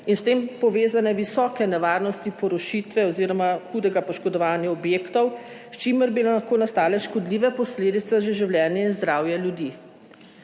in s tem povezane visoke nevarnosti porušitve oziroma hudega poškodovanja objektov, s čimer bi lahko nastale škodljive posledice za življenje in zdravje ljudi.